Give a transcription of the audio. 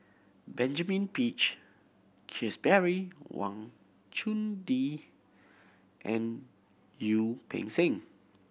Benjamin Peach Keasberry Wang Chunde and Peng Seng